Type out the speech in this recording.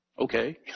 Okay